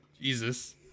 jesus